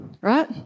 Right